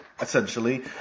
essentially